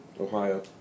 Ohio